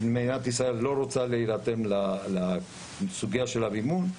מדינת ישראל לא רוצה להירתם לסוגיית המימון.